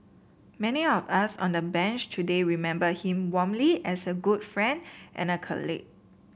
many of us on the Bench today remember him warmly as a good friend and a colleague